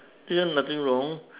this one nothing wrong